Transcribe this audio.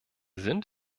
sind